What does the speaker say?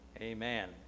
amen